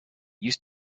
used